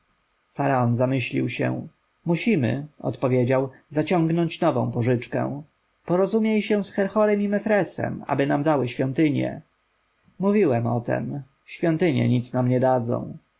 zamyślił się musimy odpowiedział zaciągnąć nową pożyczkę porozumiej się z herhorem i mefresem aby nam dały świątynie mówiłem o tem świątynie nic nam nie dadzą